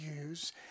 use